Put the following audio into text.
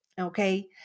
Okay